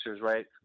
right